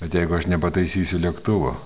bet jeigu aš nepataisysiu lėktuvo